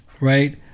right